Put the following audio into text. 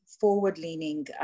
forward-leaning